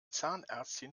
zahnärztin